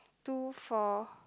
two four